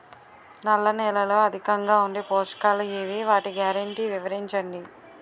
నల్ల నేలలో అధికంగా ఉండే పోషకాలు ఏవి? వాటి గ్యారంటీ వివరించండి?